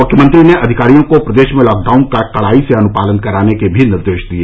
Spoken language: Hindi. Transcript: मुख्यमंत्री ने अधिकारियों को प्रदेश में लॉकडाउन का कड़ाई से अनुपालन कराने के भी निर्देश दिए